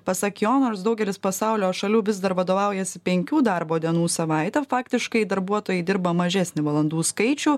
pasak jo nors daugelis pasaulio šalių vis dar vadovaujasi penkių darbo dienų savaite faktiškai darbuotojai dirba mažesnį valandų skaičių